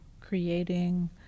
creating